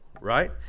right